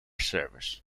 service